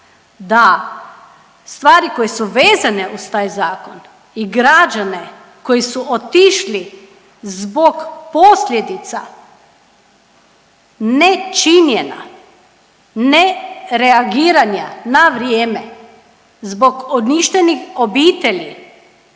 da stvari koje su vezane uz taj zakon i građane i koji su otišli zbog posljedica nečinjenja, nereagiranja na vrijeme zbog uništenih obitelji,